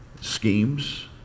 schemes